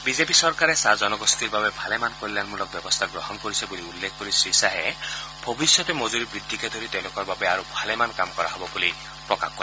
BJP চৰকাৰে চাহ জনগোষ্ঠীৰ বাবে ভালেমান কল্যাণমূলক ব্যৱস্থা গ্ৰহণ কৰিছে বুলি উল্লেখ কৰি শ্ৰীখাহে অনাগত সময়ত মজুৰি বৃদ্ধিকে ধৰি তেওঁলোকৰ বাবে আৰু ভালেমান কাম কৰা হ'ব বুলি প্ৰকাশ কৰে